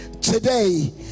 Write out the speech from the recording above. today